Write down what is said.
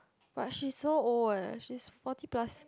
but she's so old eh she's forty plus